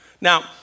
Now